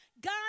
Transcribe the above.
God